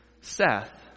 Seth